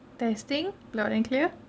testing loud and clear